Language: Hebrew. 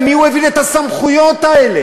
למי הוא העביר את הסמכויות האלה,